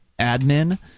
admin